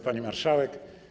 Pani Marszałek!